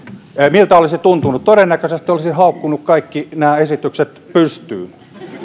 miltä olisi tuntunut todennäköisesti olisin haukkunut kaikki nämä esitykset pystyyn